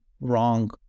wrong